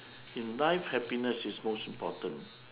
in life happiness is most important